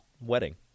wedding